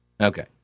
Okay